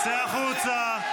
צא החוצה,